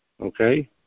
okay